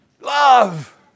Love